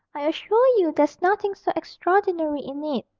i assure you there's nothing so extraordinary in it,